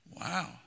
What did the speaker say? Wow